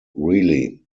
really